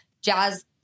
Jazz